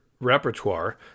repertoire